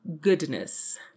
goodness